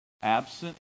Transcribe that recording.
absent